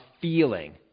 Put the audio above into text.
feeling